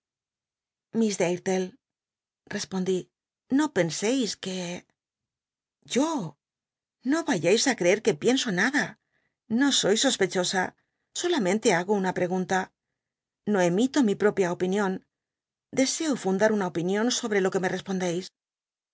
respondí no penseis que yo no yayais i creer que pienso nada no soy sospechosa solamen te hago una pregunta no emito mi prop ia opinion deseo fundar una opinion sobre lo que me respondeis